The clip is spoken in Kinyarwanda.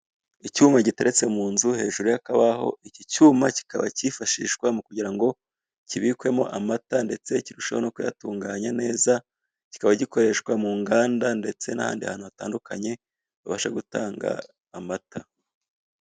Icyuma giteretse mu nzu, hejuru y'akabaho, iki cyuma kikaba kifashishwa mu kugira ngo kibikwemo amata ndetse kirusheho no kuyatunganya neza, kikaba gikoreshwa mu nganda ndets n'ahandi hantu hatandukanye, babasha gutanga amata.